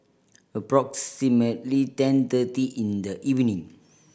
approximately ten thirty in the evening